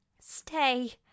stay